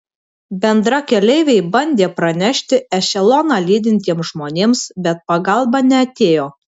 bendrakeleiviai bandė pranešti ešeloną lydintiems žmonėms bet pagalba neatėjo